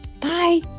Bye